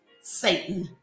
Satan